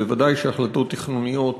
ודאי שהחלטות תכנוניות